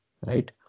right